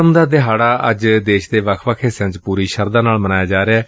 ਮੁਹੱਰਮ ਦਾ ਦਿਹਾਡਾ ਅੱਜ ਦੇਸ਼ ਦੇ ਵੱਖ ਵੱਖ ਹਿੱਸਿਆਂ ਚ ਪੂਰੀ ਸ਼ਰਧਾ ਨਾਲ ਮਨਾਇਆ ਜਾ ਰਿਹੈ